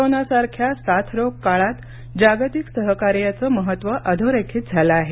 corona सारख्या साथरोग काळात जागतिक सहकार्याचं महत्त्व अधोरेखित झालं आहे